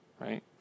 right